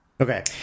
Okay